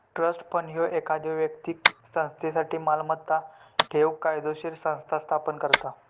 trust fund ह्यो एखाद्यो व्यक्तीक संस्थेसाठी मालमत्ता ठेवूक कायदोशीर संस्था स्थापन करता